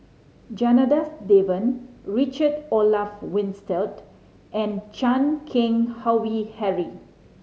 Janadas Devan Richard Olaf Winstedt and Chan Keng Howe Harry